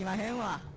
halo